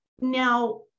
Now